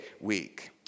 week